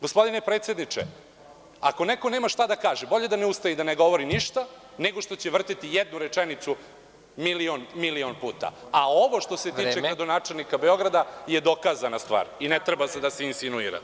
Gospodine predsedniče, ako neko nema šta da kaže bolje da ne ustaje i da ne govori ništa, nego što će vrteti jednu rečenicu milion puta, a ovo što se tiče gradonačelnika Beograda je dokazana stvar, i ne treba da se insinuira.